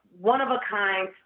one-of-a-kind